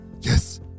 Yes